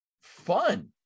fun